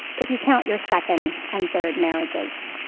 if you count your second and third marriages.